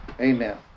Amen